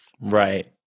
right